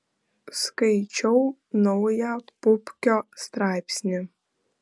skaičiau naują pupkio straipsnį